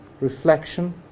reflection